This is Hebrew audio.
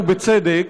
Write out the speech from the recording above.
ובצדק,